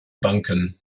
banken